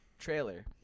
trailer